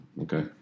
Okay